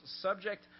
subject